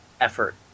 effort